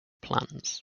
plans